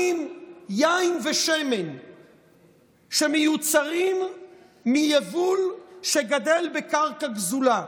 יין ושמן שמיוצרים מיבול שגדל בקרקע גזולה,